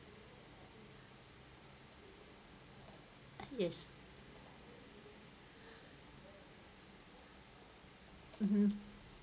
yes (uh huh)